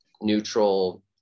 neutral